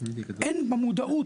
אין במודעות